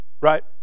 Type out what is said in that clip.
right